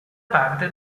parte